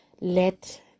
Let